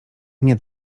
nie